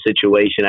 situation